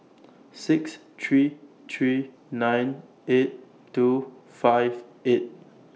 six three three nine eight two five eight